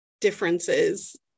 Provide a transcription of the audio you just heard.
differences